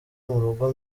murugo